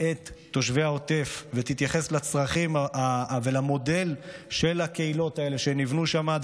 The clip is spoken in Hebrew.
את תושבי העוטף ותתייחס לצרכים ולמודל של הקהילות האלה שנבנו שם,